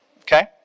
okay